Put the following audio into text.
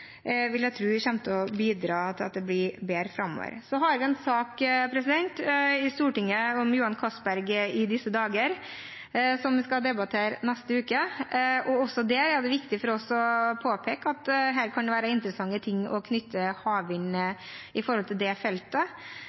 vil jeg tro vi kommer til å bidra til at blir bedre framover. Så har vi en sak i Stortinget om Johan Castberg i disse dager, som vi skal debattere neste uke. Også der er det viktig for oss å påpeke at det kan være interessante ting knyttet til havvind på det feltet. Selv om det kan være vanskelig i starten, skjer det